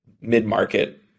mid-market